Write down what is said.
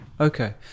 Okay